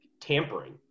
tampering